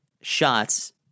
shots